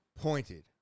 pointed